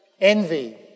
envy